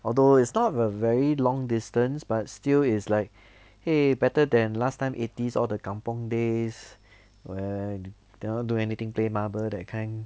although it's not a very long distance but still is like !hey! better than last time eighties all the kampung days err cannot do anything play marble that kind